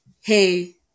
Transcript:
hey